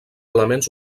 elements